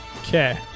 Okay